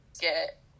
get